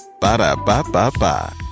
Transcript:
Ba-da-ba-ba-ba